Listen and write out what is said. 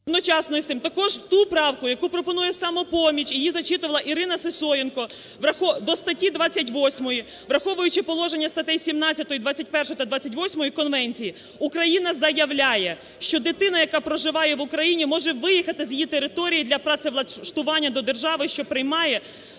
…одночасно із тим також ту правку, яку пропонує "Самопоміч", її зачитувала Ірина Сисоєнко, до статті 28, враховуючи положення статей 17, 21 та 28 Конвенції, Україна заявляє, що дитина, яка проживає в Україні, може виїхати з її території для працевлаштування до держави, що приймає,